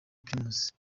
primus